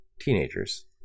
teenagers